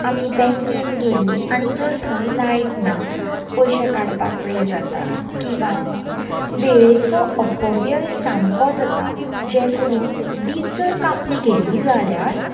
आमी बँकेन गेलीं आनी जर थंय लायट ना पयशे काडपाक वेळ जाता किंवां वेळेचो अपव्यय सामको जाता जें करून वीज जर कापली गेली जाल्यार